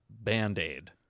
Band-Aid